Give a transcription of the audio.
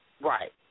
right